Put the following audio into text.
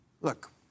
Look